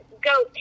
go